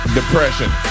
depression